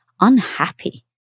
unhappy